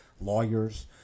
lawyers